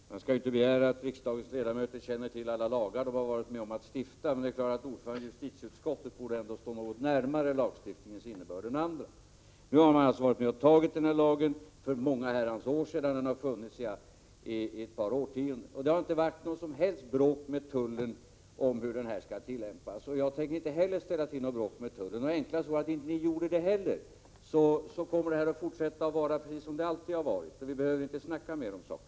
Herr talman! Man skall inte begära att riksdagens ledamöter känner till alla lagar de har varit med om att stifta. Men ordföranden i justitieutskottet borde väl ändå stå något närmare innebörden i lagstiftningen än andra. Nu har man varit med att anta denna lag för många herrans år sedan. Den har funnits i ett par årtionden, och det har inte varit något som helst bråk med tullen om hur den skall tillämpas. Jag tänker inte heller ställa till bråk med tullen. Enklast vore att inte ni gjorde det heller. Då fortsätter det att vara precis som det alltid har varit, och vi behöver inte snacka mer om saken.